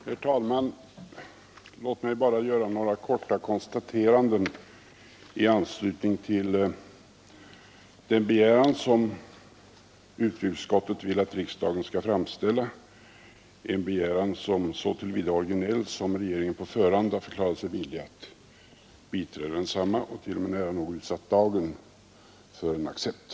Herr talman! Låt mig bara göra några korta konstateranden i anslutning till den begäran som utrikesutskottet nu vill att riksdagen skall framställa, en begäran som så till vida är originell som regeringen på förhand har förklarat sig villig att biträda densamma och nära nog också utsatt dagen för en accept.